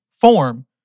form